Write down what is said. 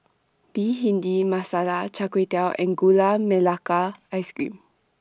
Bhindi Masala Char Kway Teow and Gula Melaka Ice Cream